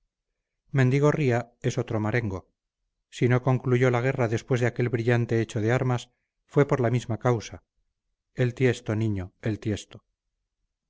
tiesto mendigorría es otro marengo si no concluyó la guerra después de aquel brillante hecho de armas fue por la misma causa el tiesto niño el tiesto